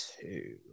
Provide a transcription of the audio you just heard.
two